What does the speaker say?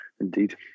indeed